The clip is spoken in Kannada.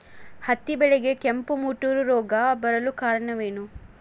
ಹತ್ತಿ ಬೆಳೆಗೆ ಕೆಂಪು ಮುಟೂರು ರೋಗ ಬರಲು ಕಾರಣ?